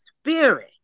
spirit